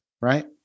right